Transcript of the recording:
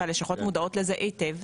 והלשכות מודעות לזה היטב,